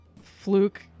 Fluke